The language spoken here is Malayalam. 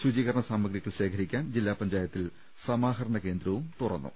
ശുചീകരണ സാമഗ്രി കൾ ശേഖരിക്കാൻ ജില്ലാ പഞ്ചായത്തിൽ സമാഹരണ കേന്ദ്രവും തുറന്നു